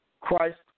Christ